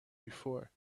before